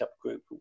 group